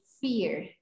fear